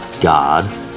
God